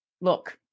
look